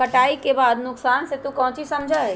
कटाई के बाद के नुकसान से तू काउची समझा ही?